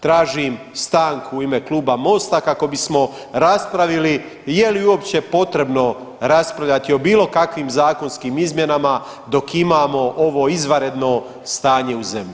Tražim stanku u ime Kluba Mosta kako bismo raspravili je li uopće potrebno raspravljati o bilo kakvim zakonskim izmjenama dok imamo ovo izvanredno stanje u zemlji.